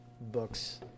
books